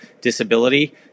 disability